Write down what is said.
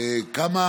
כמה